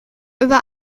über